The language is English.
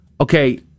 Okay